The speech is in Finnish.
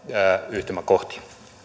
yhtymäkohtia